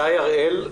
גיא הראל,